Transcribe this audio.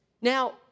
Now